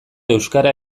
euskara